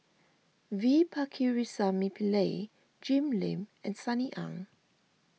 V Pakirisamy Pillai Jim Lim and Sunny Ang